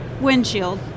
windshield